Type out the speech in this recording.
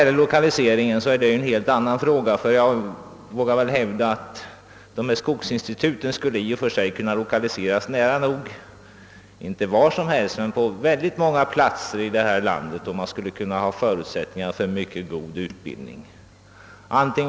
Lokaliseringen är ju en helt annan fråga. Jag vågar hävda att skogsinstituten skulle kunna lokaliseras, inte till vilken ort som helst men till väldigt många platser här i landet utan att förutsättningarna för en mycket god utbildning skulle äventyras.